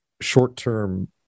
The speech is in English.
short-term